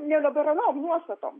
neliberaliom nuostatom